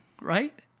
right